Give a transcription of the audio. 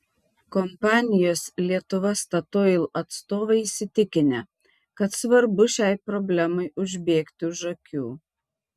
kompanijos lietuva statoil atstovai įsitikinę kad svarbu šiai problemai užbėgti už akių